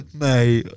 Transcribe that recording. mate